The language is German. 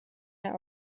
der